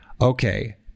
okay